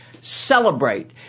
celebrate